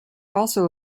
also